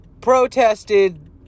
protested